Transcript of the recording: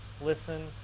Listen